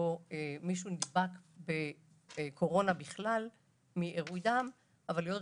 שבו מישהו נדבק בקורונה בכלל מעירוי דם, אבל היות